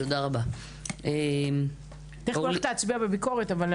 אני הולכת להצביע בוועדת ביקורת.